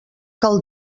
cal